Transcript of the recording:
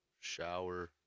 shower